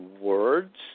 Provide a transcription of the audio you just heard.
words